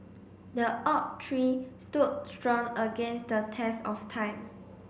the oak tree stood strong against the test of time